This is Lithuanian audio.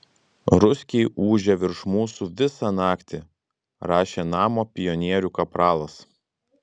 ruskiai ūžia virš mūsų visą naktį rašė namo pionierių kapralas